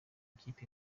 ikipe